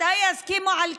מתי יסכימו על קריטריונים?